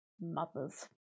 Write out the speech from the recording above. mothers